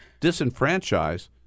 disenfranchise